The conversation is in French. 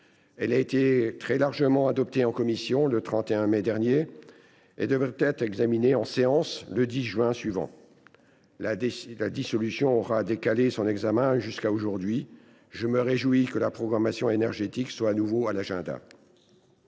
elle a été très largement adoptée en commission, le 31 mai dernier, et devait être examinée en séance le 10 juin suivant. La dissolution aura décalé son examen jusqu’à aujourd’hui. Je me réjouis que la programmation énergétique soit de nouveau à l’agenda.